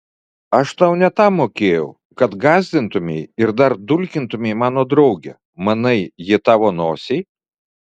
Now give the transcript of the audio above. aš tau ne tam mokėjau kad gąsdintumei ir dar dulkintumei mano draugę manai ji tavo nosiai